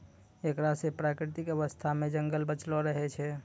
एकरा से प्राकृतिक अवस्था मे जंगल बचलो रहै छै